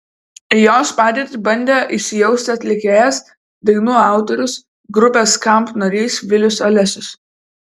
į jos padėtį bandė įsijausti atlikėjas dainų autorius grupės skamp narys vilius alesius